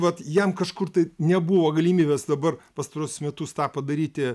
vat jam kažkur tai nebuvo galimybės dabar pastaruosius metus tą padaryti